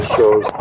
shows